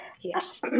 Yes